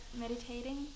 meditating